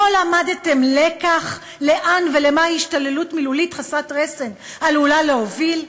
לא למדתם לקח לאן ולמה השתוללות מילולית חסרת רסן עלולה להוביל?